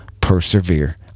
persevere